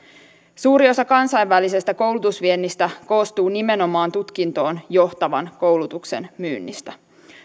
suuri osa kansainvälisestä koulutusviennistä koostuu nimenomaan tutkintoon johtavan koulutuksen myynnistä